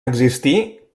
existir